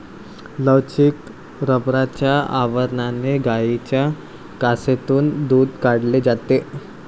लवचिक रबराच्या आवरणाने गायींच्या कासेतून दूध काढले जाते